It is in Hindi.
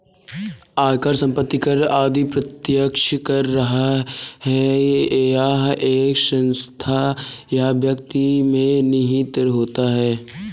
आयकर, संपत्ति कर आदि प्रत्यक्ष कर है यह एक संस्था या व्यक्ति में निहित होता है